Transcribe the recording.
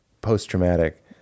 post-traumatic